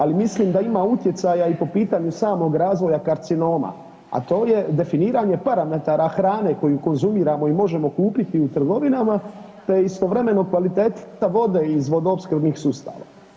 Ali mislim da ima utjecaja i po pitanju samog razvoja karcinoma, a to je definiranje parametara hrane koju konzumiramo i možemo kupiti u trgovinama, te istovremeno kvaliteta vode iz vodoopskrbnih sustava.